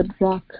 Rock